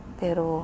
pero